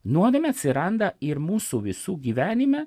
nuodėmė atsiranda ir mūsų visų gyvenime